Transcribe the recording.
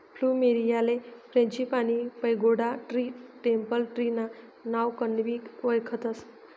फ्लुमेरीयाले frangipani, pagoda tree, temple tree ना नावकनबी वयखतस